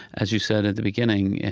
as you said in the beginning,